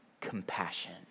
compassion